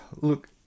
look